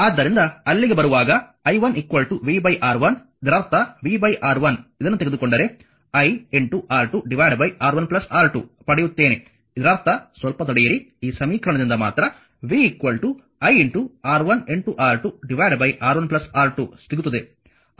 ಆದ್ದರಿಂದ ಅಲ್ಲಿಗೆ ಬರುವಾಗ i1 v R1 ಇದರರ್ಥ v R1 ಇದನ್ನು ತೆಗೆದುಕೊಂಡರೆ i R2 R1 R2ಪಡೆಯುತ್ತೇನೆ ಇದರರ್ಥ ಸ್ವಲ್ಪ ತಡೆಯಿರಿ ಈ ಸಮೀಕರಣದಿಂದ ಮಾತ್ರ v i R1R2 R1 R2 ಸಿಗುತ್ತದೆ